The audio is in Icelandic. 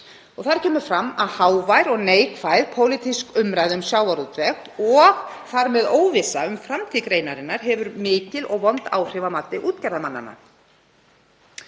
Þar kemur fram að hávær og neikvæð pólitísk umræða um sjávarútveg og þar með óvissa um framtíð greinarinnar hefur mikil og vond áhrif að mati útgerðarmanna.